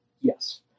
yes